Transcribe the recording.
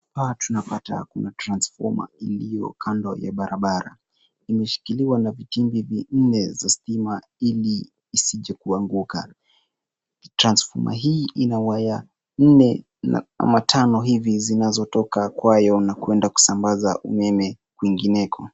Hapa tunapata Kuna transformer iliyo kando ya Barabara. Imeshikiliwa na vikingi vinne za stima ili isije kuanguka . Transformer hii ina waya nne ama tano ivi zinazotoka kwayo na kuenda kusambaza umeme kwingineko.